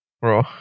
bro